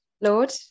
Lord